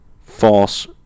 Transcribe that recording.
False